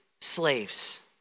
slaves